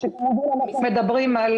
--- מדברים על